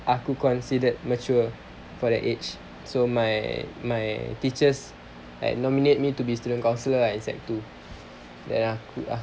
aku considered mature for the age so my my teachers like nominate me to be student counsellor lah in sec two ya